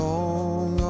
Long